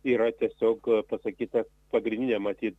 yra tiesiog pasakyta pagrindinė matyt